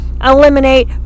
eliminate